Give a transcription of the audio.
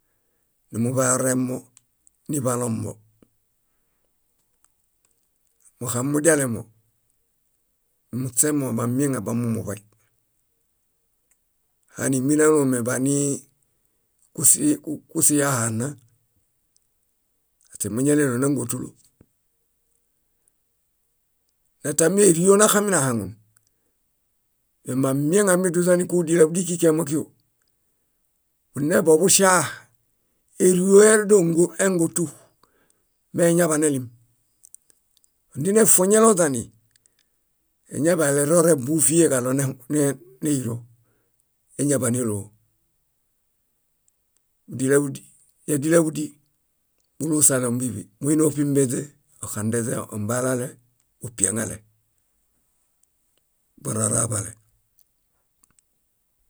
. Numuḃaoremo niḃalombo. Moxamimudialemo muśemo bamieŋabamumuḃay. Hani mínalome banii kúsiyaha nna, aśe méñaɭelo nángotu. Natami ério naxaminahaŋun? Me mamieŋa aminiduźani kíġudilaḃudi kíkiamakio, bunebobuŝaa. Ério erdo éngo- éngotu meeñaḃanelim. Óndinefuoñeloźani, eñaḃaelereoebũ víeġaɭo nehũ néiro. Éñaḃaneloo. Dílaḃudi yádilaḃu bulusale ómbiḃi. Moini óṗimbeźe, oxandeźe, ombarale, bupiaŋale bororaḃale.